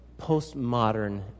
postmodern